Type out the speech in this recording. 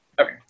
Okay